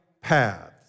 paths